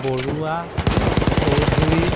Barua Choudhury